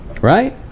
Right